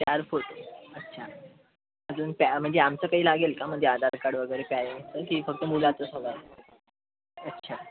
चार फोटो अच्छा अजून प्या म्हणजे आमचं काही लागेल का म्हणजे आधार कार्ड वगैरे काही असं की फक्त मुलाचंच हवं आहे अच्छा